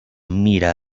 mira